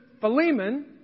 Philemon